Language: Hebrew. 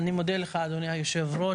אני מודה לך אדוני היושב-ראש.